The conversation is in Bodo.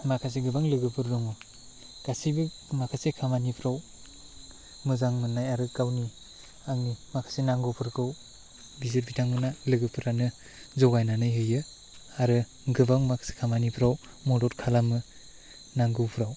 माखासे गोबां लोगोफोर दङ गासैबो माखासे खामानिफ्राव मोजां मोन्नाय आरो गावनि आंनि माखासे नांगौफोरखौ बिथांमोनहा लोगोफोरानो जगायनानै होयो आरो गोबां माखासे खामानिफ्राव मदद खालामो नांगौफ्राव